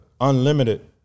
unlimited